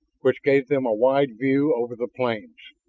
which gave them a wide view over the plains.